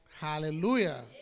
Hallelujah